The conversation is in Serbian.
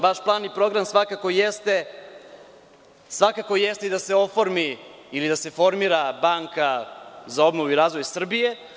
Vaš plan i program svakako jeste da se oformi ili da se formira banka za obnovu i razvoj Srbije.